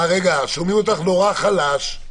עיקר השינוי אצלנו זה להעביר את